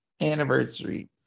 anniversary